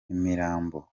imirambo